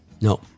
No